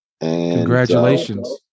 Congratulations